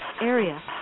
area